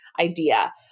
idea